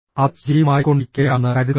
അത് സജീവമായിക്കൊണ്ടിരിക്കുകയാണെന്ന് കരുതുക